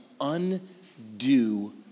undo